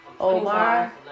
Omar